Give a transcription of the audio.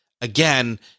again